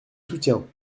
soutiens